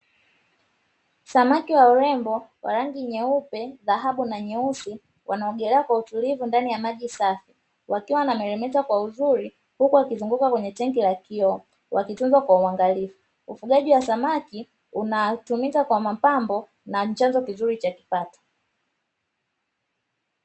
Samaki wa urembo wa rangi nyeupe, dhahabu, na nyeusi, wanaogelea kwa utulivu ndani ya maji safi, wakiwa wana meremeta kwa uzuri, huku wakizunguka kwenye tenki la vioo, wakitunzwa kwa uangarifu, ufugaji wa samaki unatumika kwa mapambo, na chanzo kizuri cha mapato.